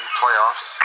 playoffs